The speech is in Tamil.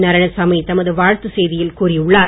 நாராயணசாமி தமது வாழ்த்துச் செய்தியில் கூறியுள்ளார்